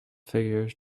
figures